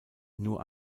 nur